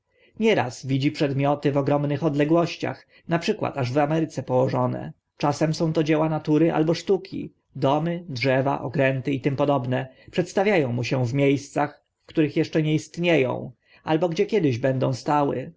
nieraz widzi przedmioty w ogromnych odległościach na przykład aż w ameryce położone czasem są to dzieła natury albo sztuki domy drzewa okręty itp przedstawia ące mu się w mie scach w których eszcze nie istnie ą ale gdzie kiedyś będą stały